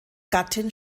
gattin